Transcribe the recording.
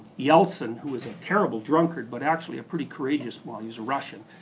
yeltsin, who was a terrible drunkard, but actually a pretty courageous, well he was russian,